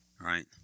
right